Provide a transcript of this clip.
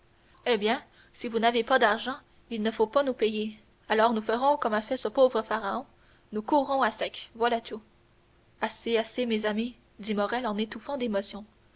eh bien si vous n'avez pas d'argent il ne faut pas nous payer alors nous ferons comme a fait ce pauvre pharaon nous courrons à sec voilà tout assez assez mes amis dit morrel étouffant d'émotion